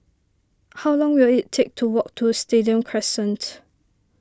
how long will it take to walk to Stadium Crescent